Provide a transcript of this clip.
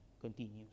continues